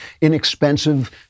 inexpensive